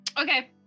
Okay